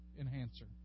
enhancer